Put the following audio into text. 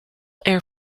air